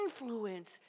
influence